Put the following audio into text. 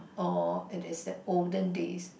or it is that olden days